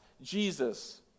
Jesus